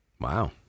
wow